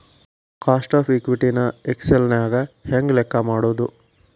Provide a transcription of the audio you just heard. Cost of equity ನ Excel ನ್ಯಾಗ ಹೆಂಗ್ ಲೆಕ್ಕಾ ಮಾಡೊದು?